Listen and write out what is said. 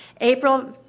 April